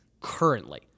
currently